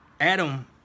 adam